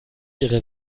ihre